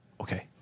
Okay